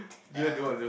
there are